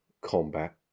combat